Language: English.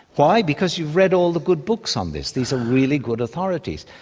why? because you've read all the good books on this, these are really good authorities.